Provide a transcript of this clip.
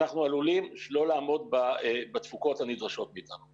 אנחנו עלולים לא לעמוד בתפוקות הנדרשות מאיתנו.